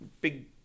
big